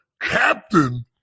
Captain